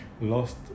lost